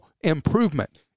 improvement